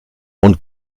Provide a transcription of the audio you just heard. und